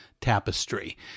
Tapestry